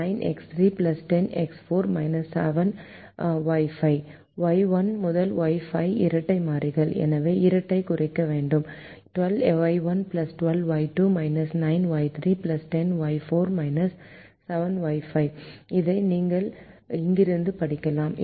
Y1 முதல் Y5 இரட்டை மாறிகள் எனவே இரட்டை குறைக்க வேண்டும் 12Y1 12Y2 9Y3 10Y4 7Y5 இதை நீங்கள் இங்கிருந்து படிக்கலாம்